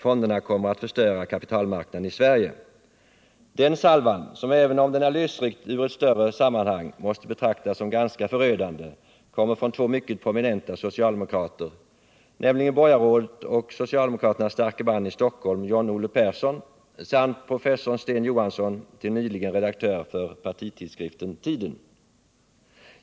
Fonderna kommer att förstöra kapitalmarknaden i Sverige.” Den salvan, som även om den är lösryckt ur ett större sammanhang måste betraktas som ganska förödande, kommer från två mycket prominenta socialdemokrater, nämligen borgarrådet och socialdemokraternas starke man i Stockholm, John-Olle Persson, samt professor Sten Johansson, till nyligen redaktör för partitidskriften Tiden.